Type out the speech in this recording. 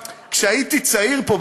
כשהייתי צעיר פה,